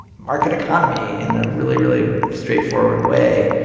market economy in a really, really straightforward way